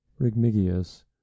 Rigmigius